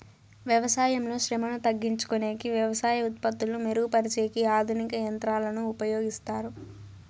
వ్యవసాయంలో శ్రమను తగ్గించుకొనేకి వ్యవసాయ ఉత్పత్తులు మెరుగు పరిచేకి ఆధునిక యంత్రాలను ఉపయోగిస్తారు